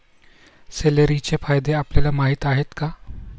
सेलेरीचे फायदे आपल्याला माहीत आहेत का?